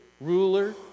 ruler